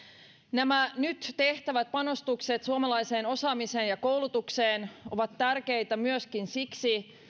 nämä nyt tehtävät panostukset suomalaiseen osaamiseen ja koulutukseen ovat tärkeitä myöskin siksi